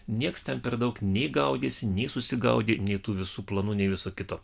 nieks ten per daug nei gaudėsi nei susigaudė nei tų visų planų nei viso kito